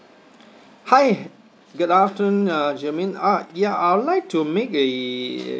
hi good afternoon uh germaine uh ya I would like to make a